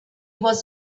was